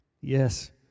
Yes